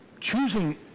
Choosing